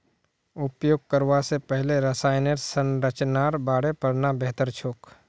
उपयोग करवा स पहले रसायनेर संरचनार बारे पढ़ना बेहतर छोक